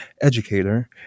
educator